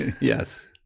Yes